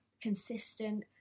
consistent